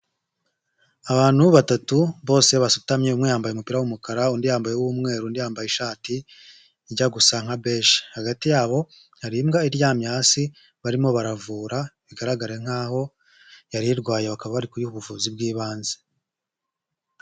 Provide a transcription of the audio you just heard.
Abantu batatu bose basutamye umwe yambaye umupira w'umukara, undi yambaye umweru, undi yambaye ishati ijya gusa nka beje, hagati yabo hari imbwa iryamye hasi barimo baravura bigaragare nk'aho yari irwaye bakaba bari kuyiha ubuvuzi bw'ibanze.